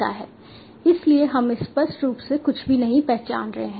इसलिए हम स्पष्ट रूप से कुछ भी नहीं पहचान रहे हैं